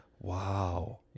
wow